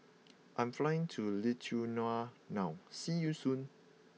I'm flying to Lithuania now see you soon